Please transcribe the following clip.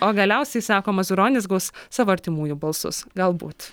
o galiausiai sako mazuronis gaus savo artimųjų balsus galbūt